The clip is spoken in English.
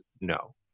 no